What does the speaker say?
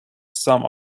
some